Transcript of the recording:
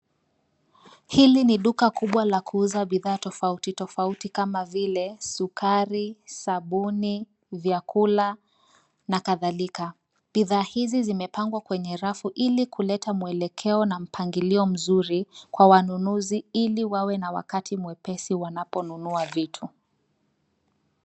Hili ni duka kubwa la kuuza bidhaa tofauti tofauti kama vile sukari, sabuni, vyakula na kadhalika. Bidhaa hizi zimepangwa kwenye rafu ili kuleta mwelekeo na mpangilio mzuri kwa wanunuzi ili wawe na wakati mwepesi wanaponunua vitu.